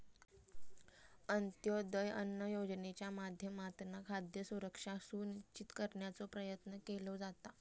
अंत्योदय अन्न योजनेच्या माध्यमातना खाद्य सुरक्षा सुनिश्चित करण्याचो प्रयत्न केलो जाता